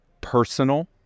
personal